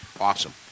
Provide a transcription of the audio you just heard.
Awesome